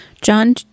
John